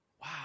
Wow